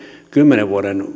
kymmenen vuoden